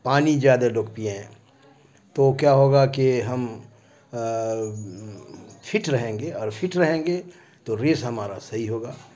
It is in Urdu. پانی زیادہ لوگ پئیں تو کیا ہوگا کہ ہم فٹ رہیں گے اور فٹ رہیں گے تو ریس ہمارا صحیح ہوگا